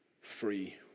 free